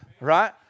Right